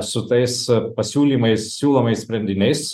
su tais pasiūlymais siūlomais sprendiniais